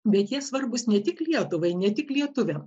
bet jie svarbūs ne tik lietuvai ne tik lietuviam